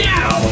Now